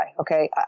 Okay